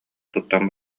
туттан